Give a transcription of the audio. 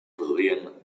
produïen